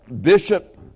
bishop